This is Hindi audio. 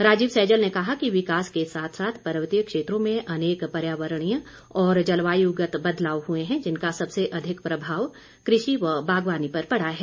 राजीव सैजल ने कहा कि विकास के साथ साथ पर्वतीय क्षेत्रों में अनेक पर्यावरणीय और जलवायूगत बदलाव हुए हैं जिनका सबसे अधिक प्रभाव कृषि व बागवानी पर पड़ा है